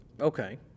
Okay